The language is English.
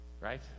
Right